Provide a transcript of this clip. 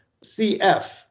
cf